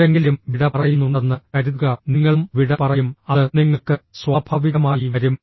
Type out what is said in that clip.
ആരെങ്കിലും വിട പറയുന്നുണ്ടെന്ന് കരുതുക നിങ്ങളും വിട പറയും അത് നിങ്ങൾക്ക് സ്വാഭാവികമായി വരും